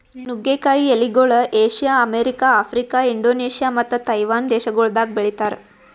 ನುಗ್ಗೆ ಕಾಯಿ ಎಲಿಗೊಳ್ ಏಷ್ಯಾ, ಅಮೆರಿಕ, ಆಫ್ರಿಕಾ, ಇಂಡೋನೇಷ್ಯಾ ಮತ್ತ ತೈವಾನ್ ದೇಶಗೊಳ್ದಾಗ್ ಬೆಳಿತಾರ್